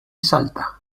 salta